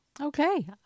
okay